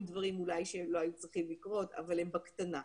דברים שלא היו צריכים לקרות אבל הם בקטנה.